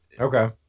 Okay